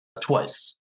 twice